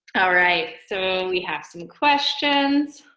all right, so we have some questions.